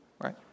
right